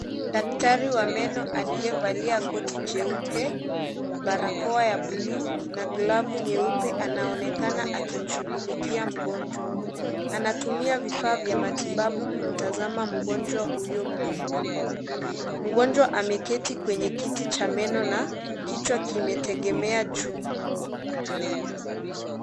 Daktari wa meno aliyevalia koti jeupe barakoa ya bluu na glavu nyeupe anaonekana akimshughulikia mgonjwa, anatumia vifaa vya matibabu kumtazama mgonjwa huyo mdomoni. Mgonjwa ameketi kwenye kiti cha meno na kichwa kimetegemea juu.